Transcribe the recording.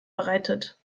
bereitet